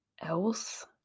else